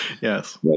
Yes